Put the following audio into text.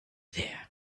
there